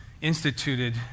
instituted